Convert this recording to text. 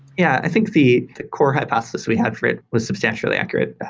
yeah. i think the core hypothesis we had for it was substantially accurate.